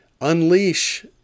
unleash